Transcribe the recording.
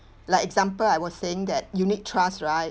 like example I was saying that unit trust right